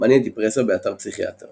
מאניה דיפרסיה באתר פסיכיאטר